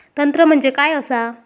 तंत्र म्हणजे काय असा?